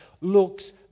looks